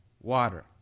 water